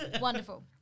Wonderful